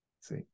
see